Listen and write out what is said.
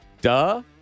Duh